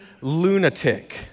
lunatic